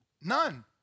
None